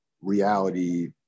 reality